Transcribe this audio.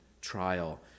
trial